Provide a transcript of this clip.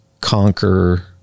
conquer